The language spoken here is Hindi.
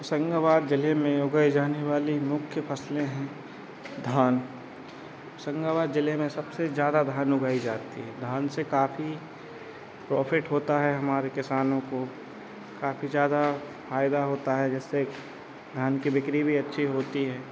होशंगाबाद जिले में उगाई जाने वाली मुख्य फसलें हैं धान होशंगाबाद जिले में सबसे ज़्यादा धान उगाई जाती है धान से काफ़ी प्रॉफ़िट होता है हमारे किसानों को काफ़ी ज़्यादा फ़ायदा होता है जिससे धान की बिक्री भी अच्छी होती है